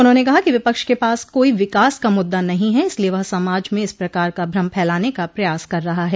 उन्होंने कहा कि विपक्ष के पास कोई विकास का मुद्दा नहीं हैं इसलिये वह समाज में इस प्रकार का भ्रम फैलाने का प्रयास कर रहा है